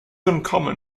uncommon